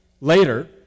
Later